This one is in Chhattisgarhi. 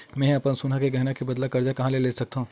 मेंहा अपन सोनहा के गहना के बदला मा कर्जा कहाँ ले सकथव?